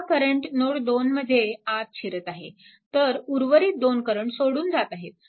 हा current node 2 मध्ये आत शिरत आहे तर उर्वरित दोन करंट सोडून जात आहेत